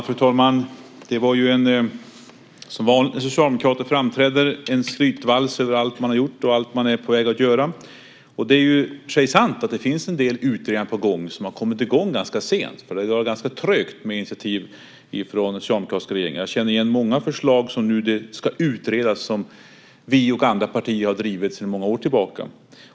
Fru talman! Det var ju, som vanligt när socialdemokrater framträder, en skrytvals över allt man har gjort och allt man är på väg att göra. Det är i och för sig sant att det finns en del utredningar som har kommit i gång ganska sent, för det har varit ganska trögt med initiativ från den socialdemokratiska regeringen. Jag känner igen många förslag som nu ska utredas som vi och andra partier har drivit sedan många år tillbaka.